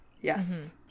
Yes